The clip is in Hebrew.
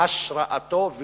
והאנשים האלה עשו בהשראתו,